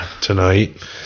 tonight